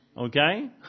Okay